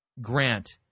grant